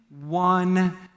one